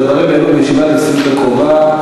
אבל הדברים יעלו בישיבת הנשיאות הקרובה.